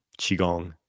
Qigong